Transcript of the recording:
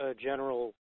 general